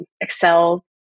Excel